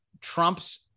Trump's